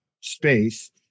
space